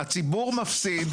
הציבור מפסיד,